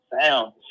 Sound